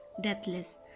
deathless